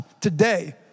today